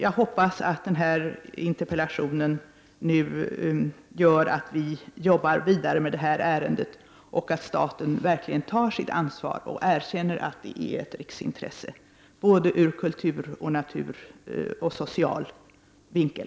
Jag hoppas att detta nu leder till att vi arbetar vidare med ärendet och att staten verkligen tar sitt ansvar och erkänner att det här utgör ett riksintresse, både vad gäller kultur och natur och ur social synvinkel.